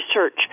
research